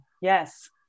Yes